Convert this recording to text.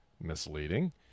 misleading